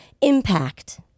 Impact